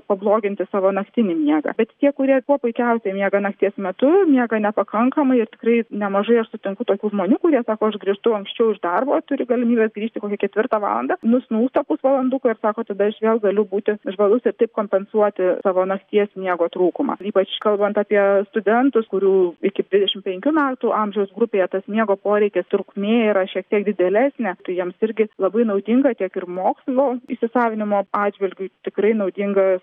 pabloginti savo naktinį miegą bet tie kurie kuo puikiausiai miega nakties metu miega nepakankamai ir tikrai nemažai aš sutinku tokių žmonių kurie sako aš grįžtų anksčiau už darbą turi galimybę grįžti kokią ketvirtą valandą nusnūsta pusvalanduką ir sako tada aš vėl galiu būti žvalus ir taip kompensuoti savo nakties miego trūkumą ypač kalbant apie studentus kurių iki dvidešim penkių metų amžiaus grupėje tas miego poreikis trukmė yra šiek tiek didėlesnė tai jiems irgi labai naudinga tiek ir mokslo įsisavinimo atžvilgiu tikrai naudingas